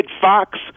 Fox